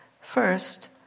First